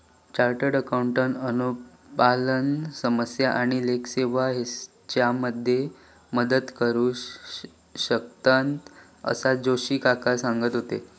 chartered accountant अनुपालन समस्या आणि लेखा सेवा हेच्यामध्ये मदत करू शकतंत, असा जोशी काका सांगत होते